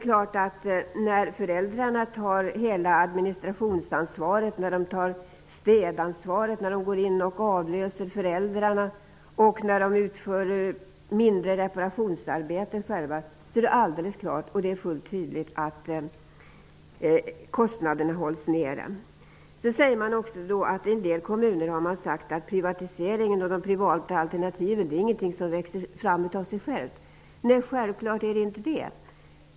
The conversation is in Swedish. När föräldrar tar hela administrationsansvaret och städansvaret, när de avlöser varandra och när de utför mindre reparationsarbeten, är det givet att kostnaderna hålls nere. Man säger också i motionen att en del kommuner har förklarat att privatiseringen och de privata alternativen inte är något som växer fram av sig självt. Nej, självklart är det inte så.